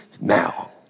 now